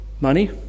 money